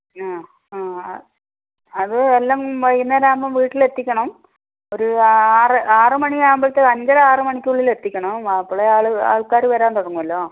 ആ ആ അത് എല്ലാം വൈകുന്നേരം ആകുമ്പം വീട്ടിൽ എത്തിക്കണം ഒര് ആറ് ആറ് മണി ആകുമ്പത്തേക്ക് അഞ്ചര ആറ് മണിക്കുളിൽ എത്തിക്കണം അപ്പോളേ ആൾക്കാറ് വരാൻ തുടങ്ങുവല്ലോ